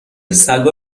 سگا